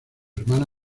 hermana